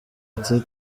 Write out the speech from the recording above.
ati